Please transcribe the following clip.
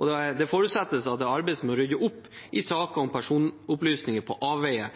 og det forutsettes at det arbeides med å rydde opp i saker om personopplysninger på